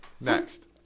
Next